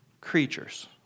creatures